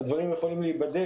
הדברים יכולים להיבדק.